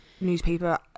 newspaper